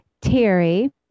TERRY